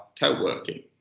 co-working